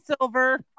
Silver